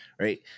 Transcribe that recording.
right